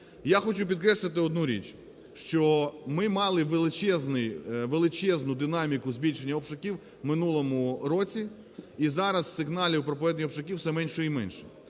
Я хочу підкреслити одну річ, що ми мали величезну динаміку збільшення обшуків в минулому році. І зараз сигналів про проведення обшуків все менше і менше.